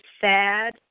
sad